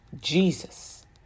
Jesus